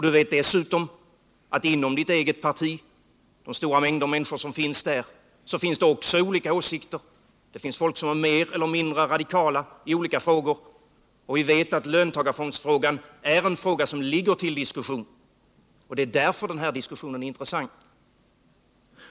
Du vet att det inom ditt eget parti, bland de stora mängder människor som finns där, också råder olika åsikter. Det finns folk som är mer eller mindre radikala i olika frågor, och vi vet att löntagarfondsfrågan är en fråga som ligger till diskussion. Det är därför denna diskussion är intressant.